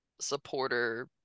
supporter